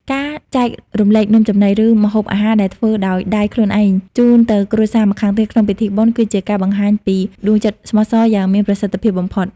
ការចែករំលែកនំចំណី ឬម្ហូបអាហារដែលធ្វើដោយដៃខ្លួនឯងជូនទៅគ្រួសារម្ខាងទៀតក្នុងពិធីបុណ្យ គឺជាការបង្ហាញពី "ដួងចិត្តស្មោះសរ យ៉ាងមានប្រសិទ្ធភាពបំផុត។